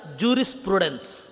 jurisprudence